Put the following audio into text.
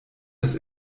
des